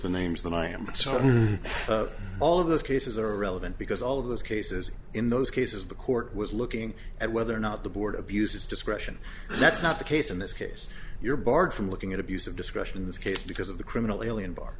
the names than i am so all of those cases are relevant because all of those cases in those cases the court was looking at whether or not the board abuse its discretion that's not the case in this case you're barred from looking at abuse of discretion in this case because of the criminal alien bar